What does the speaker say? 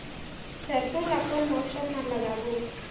सरसो ला कोन मौसम मा लागबो?